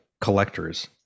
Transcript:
collectors